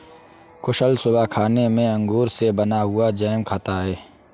कुशल सुबह खाने में अंगूर से बना हुआ जैम खाता है